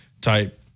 type